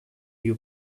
you